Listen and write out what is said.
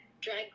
drag